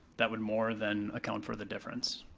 that would more than account for the difference.